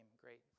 great